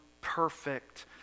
perfect